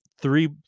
three